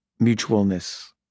mutualness